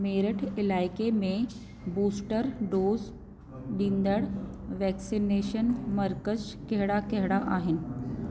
मेरठ इलाइक़े में booster dose ॾींदड़ वैक्सनेशन मर्कज़ कहिड़ा कहिड़ा आहिनि